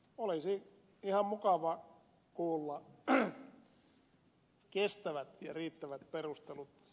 olisi ihan mukava kuulla kestävät ja riittävät perustelut